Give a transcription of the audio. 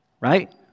right